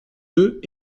deux